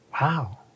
wow